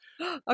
Okay